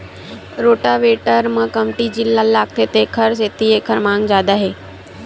rotavator म कमती diesel लागथे तेखर सेती एखर मांग जादा हे